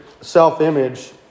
self-image